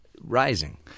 rising